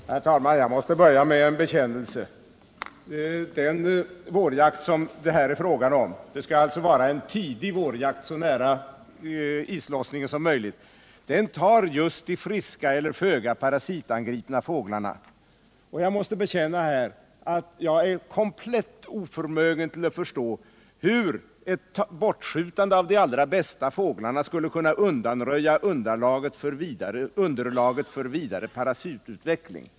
Herr talman! Jag måste börja med en bekännelse. Den vårjakt som det här är fråga om skall alltså vara en tidig vårjakt, så nära islossningen som möjligt. Den tar just de friska eller föga parasitangripna fåglarna. Jag måste erkänna att jag är komplett oförmögen att förstå hur ett bortskjutande av de allra bästa fåglarna skulle kunna undanröja underlaget för vidare parasitutveckling.